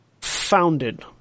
founded